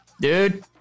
Dude